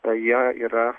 jie yra